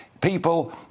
people